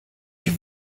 you